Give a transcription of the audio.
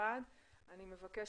מזל טוב.